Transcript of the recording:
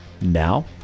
now